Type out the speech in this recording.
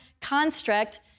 construct